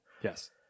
Yes